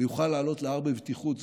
יוכל לעלות להר ויוכל לעלות להר בבטיחות.